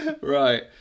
Right